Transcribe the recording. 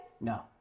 No